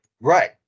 Right